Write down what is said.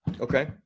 Okay